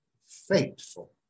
faithful